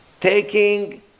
Taking